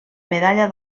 medalla